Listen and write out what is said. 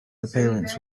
appearance